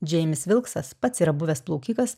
džeimis vilksas pats yra buvęs plaukikas